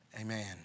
amen